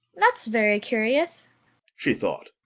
that's very curious she thought.